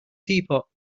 teapot